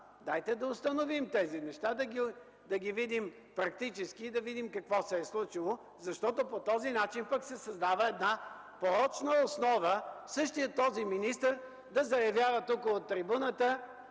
дайте да установим тези неща, да видим практически какво се е случило, защото по този начин се създава една порочна основа, същият този министър да заявява тук от трибуната